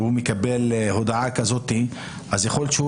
כשהוא מקבל הודעה כזאת אז יכול להיות שהוא